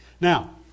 Now